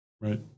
Right